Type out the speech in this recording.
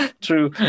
True